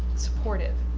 supportive.